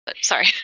Sorry